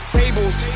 tables